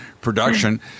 production